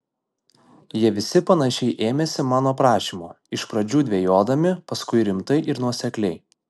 jie visi panašiai ėmėsi mano prašymo iš pradžių dvejodami paskui rimtai ir nuosekliai